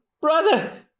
Brother